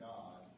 God